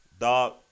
Dog